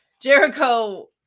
Jericho